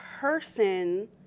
person